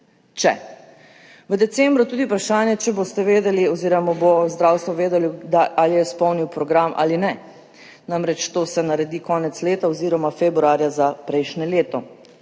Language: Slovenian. če. V decembru tudi vprašanje, ali boste vedeli oziroma bo zdravstvo vedelo, ali je izpolnilo program ali ne. Namreč, to se naredi konec leta oziroma februarja za prejšnje leto.